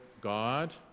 God